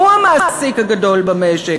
שהוא המעסיק הגדול במשק,